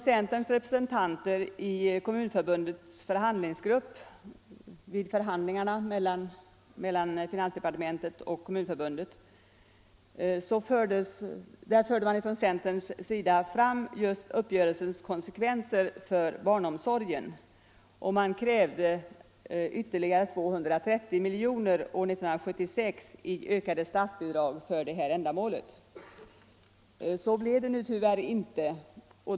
Centerns representanter i Kommunförbundets förhandlingsgrupp påtalade vid förhandlingarna mellan finansdepartementet och Kommunförbundet just uppgörelsens konsekvenser för barnomsorgen och krävde ytterligare 230 miljoner i ökade statsbidrag för dessa ändamål med början från år 1976. Så blev det nu tyvärr inte.